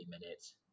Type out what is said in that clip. minutes